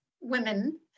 women